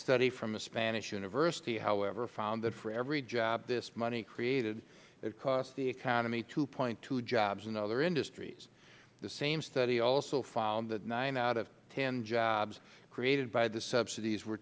study from a spanish university however found that for every job this money created it cost the economy two point two jobs in other industries the same study also found that nine out of ten jobs created by the subsidies were